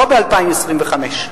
ולא ב-2025.